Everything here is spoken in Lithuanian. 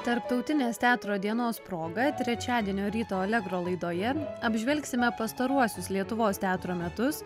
tarptautinės teatro dienos proga trečiadienio ryto alegro laidoje apžvelgsime pastaruosius lietuvos teatro metus